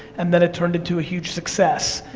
and then it turned into a huge success.